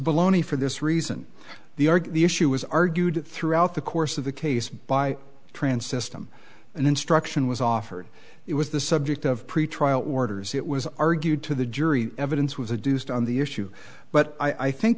baloney for this reason the arg the issue was argued throughout the course of the case by transistor i'm an instruction was offered it was the subject of pretrial orders it was argued to the jury evidence was a deuced on the issue but i think